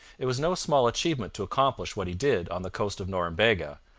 it was no small achievement to accomplish what he did on the coast of norumbega,